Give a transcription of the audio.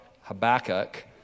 Habakkuk